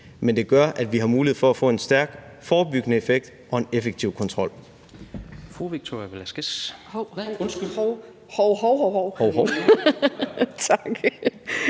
Men det gør, at vi har mulighed for at få en stærk, forebyggende effekt og en effektiv kontrol.